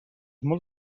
molt